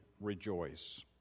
Rejoice